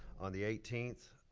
on the eighteenth,